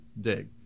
dig